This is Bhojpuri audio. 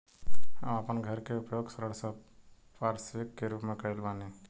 हम आपन घर के उपयोग ऋण संपार्श्विक के रूप में कइले बानी